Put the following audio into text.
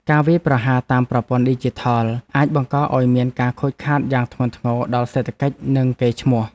ការវាយប្រហារតាមប្រព័ន្ធឌីជីថលអាចបង្កឱ្យមានការខូចខាតយ៉ាងធ្ងន់ធ្ងរដល់សេដ្ឋកិច្ចនិងកេរ្តិ៍ឈ្មោះ។